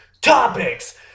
Topics